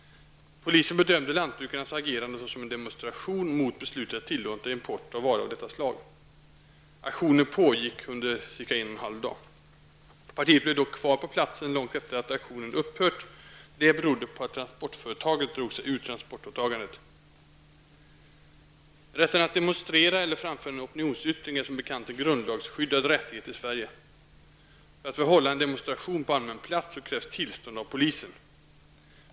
Polisen bedömde lantbrukarnas agerande såsom en demonstration mot beslutet att tillåta import av varor av detta slag. Aktionen pågick under cirka en och en halv dag. Partiet blev dock kvar på platsen, långt efter det att aktionen upphört. Det berodde på att transportföretaget drog sig ur transportåtagandet. Rätten att demonstrera eller framföra en opinionsyttring är som bekant en grundlagsskyddad rättighet i Sverige. För att få hålla en demonstration på allmän plats krävs tillstånd av polisen.